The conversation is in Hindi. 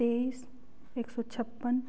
तेईस एक सौ छप्पन